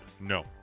No